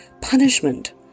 punishment